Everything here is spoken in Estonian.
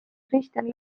kristjan